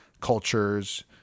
cultures